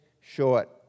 short